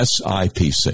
SIPC